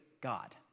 God